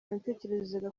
natekerezaga